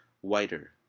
whiter